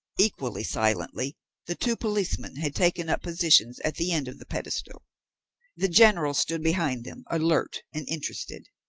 equally silently the two policemen had taken up positions at the end of the pedestal the general stood behind them, alert and interested.